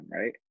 right